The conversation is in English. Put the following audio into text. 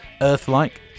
Earth-like